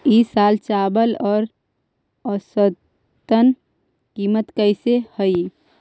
ई साल चावल के औसतन कीमत कैसे हई?